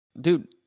Dude